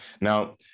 Now